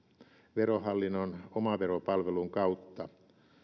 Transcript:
verohallinnon omavero palvelun kautta